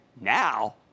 Now